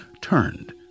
turned